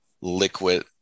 liquid